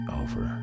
over